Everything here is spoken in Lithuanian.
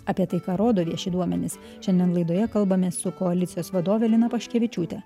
apie tai ką rodo vieši duomenys šiandien laidoje kalbamės su koalicijos vadove lina paškevičiūte